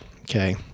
Okay